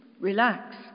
Relax